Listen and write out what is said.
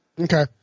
Okay